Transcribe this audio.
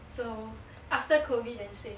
so after COVID then say